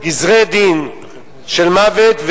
גזרי-דין של מוות,